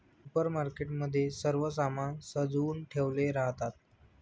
supermarket मध्ये सर्व सामान सजवुन ठेवले राहतात